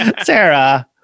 sarah